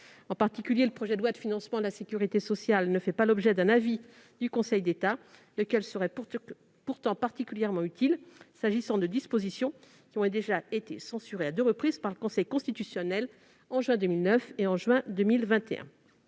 la hauteur de l'enjeu. Je rappelle que le PLFSS ne fait pas l'objet d'un avis du Conseil d'État, lequel serait pourtant particulièrement utile s'agissant de dispositions qui ont déjà été censurées à deux reprises par le Conseil constitutionnel, en juin 2020 et juin 2021.